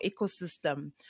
ecosystem